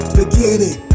beginning